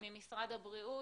ממשרד הבריאות.